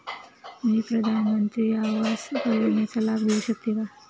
मी प्रधानमंत्री आवास योजनेचा लाभ घेऊ शकते का?